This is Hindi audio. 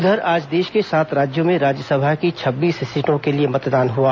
उधर आज देश के सात राज्यों में राज्यसभा की छब्बीस सीटों के लिए मतदान हुआ